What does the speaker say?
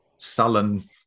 sullen